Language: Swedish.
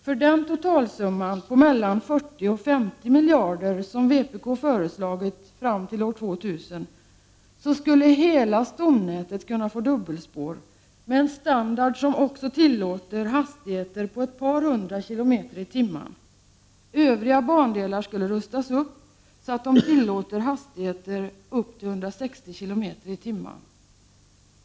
För den totalsumma på mellan 40 och 50 miljarder som vpk föreslagit fram till år 2000 skulle hela stomnätet få dubbelspår, med en standard som tillåter hastigheter på ett par hundra kilometer i timmen. Övriga bandelar skulle rustas upp så att de tillåter hastigheter upp till 160 km i timmen.